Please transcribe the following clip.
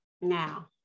Now